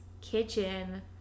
kitchen